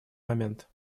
момент